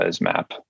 map